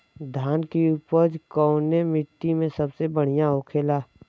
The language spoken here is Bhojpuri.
धान की उपज कवने मिट्टी में सबसे बढ़ियां होखेला?